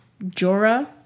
Jorah